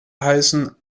heißen